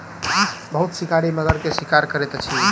बहुत शिकारी मगर के शिकार करैत अछि